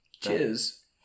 Cheers